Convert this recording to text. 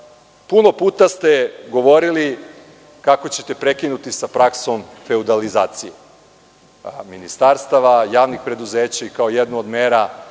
puta ste govorili kako ćete prekinuti sa praksom feudalizacije ministarstava, javnih preduzeća i kao jednu od mera